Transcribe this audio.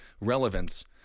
relevance